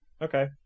Okay